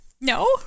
No